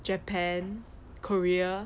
japan korea